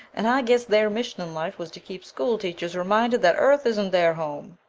and i guess their mission in life was to keep school teachers reminded that earth isn't their home.